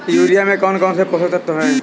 Urea में कौन कौन से पोषक तत्व है?